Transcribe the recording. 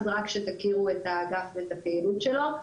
אז רק שתכירו את האגף ואת הפעילות שלו.